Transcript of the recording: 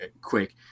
quick